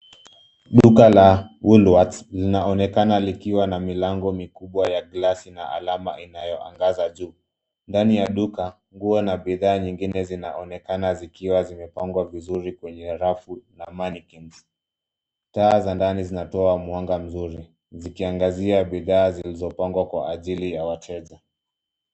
Duka la Woolworths linaonekana likiwa na milango mikubwa ya glasi na alama inayoangaza juu. Ndani ya duka, nguo na bidhaa nyingine zinaonekana zikiwa zimepangwa vizuri kwenye rafu na mannnequins . Taa za ndani zinatoa mwanga mzuri, zikiangazia bidhaa zilizopangwa kwa ajili ya wateja.